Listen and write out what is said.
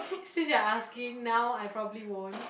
since you're asking now I probably won't